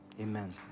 Amen